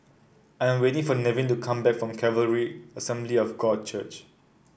I'm waiting for Nevin to come back from Calvary Assembly of God Church